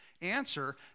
answer